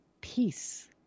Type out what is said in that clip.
peace